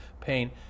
pain